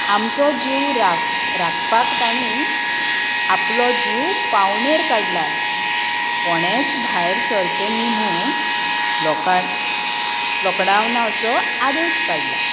आमचो जीव राक राखपाक तेणीन आपलो जीव पावणेर काडला कोणेच भायर सरचें न्ही म्हूण लोकाड लाॅकडावनाचो आदेश काडला